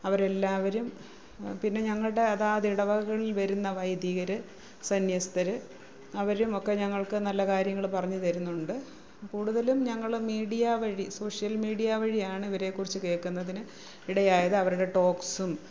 അവരെല്ലാവരും പിന്നെ ഞങ്ങളുടെ അതാത് ഇടവകളിൽ വരുന്ന വൈദികര് സന്യസ്തര് അവരും ഒക്കെ ഞങ്ങൾക്ക് നല്ല കാര്യങ്ങള് പറഞ്ഞ് തരുന്നുണ്ട് കൂടുതലും ഞങ്ങള് മീഡിയാ വഴി സോഷ്യൽ മീഡിയ വഴിയാണ് ഇവരെ കുറിച്ച് കേൾക്കുന്നതിന് ഇടയായത് അവരുടെ ടോക്സും